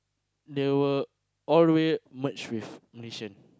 they were all the way merged with Malaysian